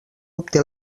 obté